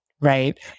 Right